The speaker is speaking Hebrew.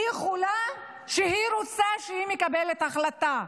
כשהיא רוצה, היא יכולה לקבל החלטה.